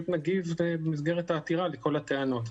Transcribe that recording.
לא, אנחנו פשוט נגיב במסגרת העתירה לכל הטענות.